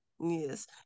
yes